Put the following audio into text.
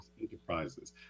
enterprises